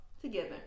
together